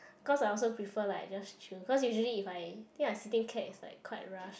because I also prefer like just chill cause usually if I I think if I'm sitting cab it's like quite rush